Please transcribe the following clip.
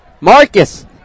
Marcus